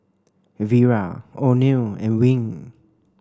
Vera Oneal and Wing